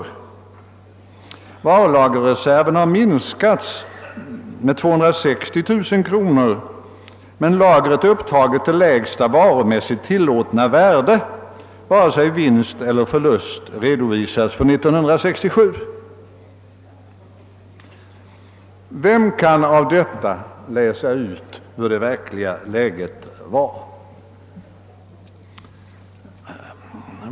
Varulagerreserverna har minskat med 260 000 kronor men lagret är upptaget till lägsta tillåtna värde. Varken vinst eller förlust redovisas för 1967. Vem kan av detta läsa ut hurudant det verkliga läget var?